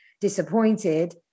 disappointed